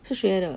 是谁来的